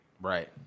Right